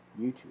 YouTube